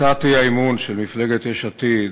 הצעת האי-אמון של מפלגת יש עתיד